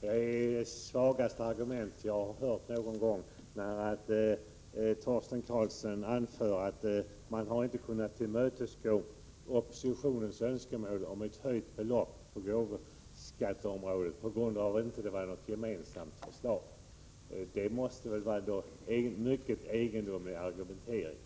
Det är det svagaste argument jag någon gång hört, när Torsten Karlsson anför att man inte kunnat tillmötesgå oppositionens önskemål om ett höjt belopp då det gäller avdragen på gåvoskatteområdet på grund av att de borgerliga partierna inte har haft ett gemensamt förslag. Detta måste ändå anses vara en mycket egendomlig argumentering.